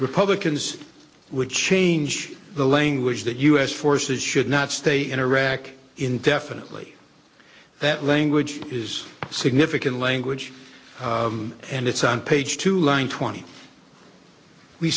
republicans would change the language that u s forces should not stay in iraq indefinitely that language is significant language and it's on page two line twenty we